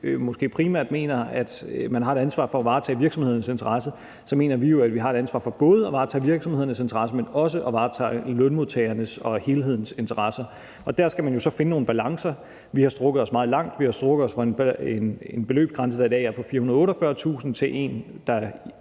måske primært mener, at man har et ansvar for at varetage virksomhedernes interesser, mens vi jo mener, at vi har et ansvar for både at varetage virksomhedernes interesser, men også at varetage lønmodtagernes og helhedens interesser. Og der skal man jo så finde nogle balancer. Vi har strakt os meget langt. Vi har strakt os fra en beløbsgrænse, der i dag er på 448.000 kr., til en, der